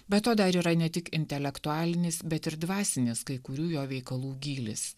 be to dar yra ne tik intelektualinis bet ir dvasinis kai kurių jo veikalų gylis